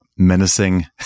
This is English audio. menacing